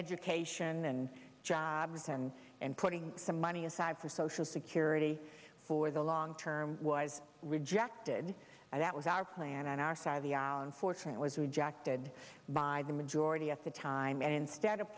education and jobs and and putting some money aside for social security for the long term was rejected and that was our plan on our side of the island for trent was rejected by the majority at the time and instead